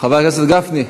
חבר הכנסת גפני,